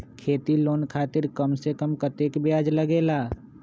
खेती लोन खातीर कम से कम कतेक ब्याज लगेला?